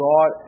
God